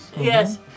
Yes